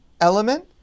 element